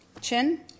Chin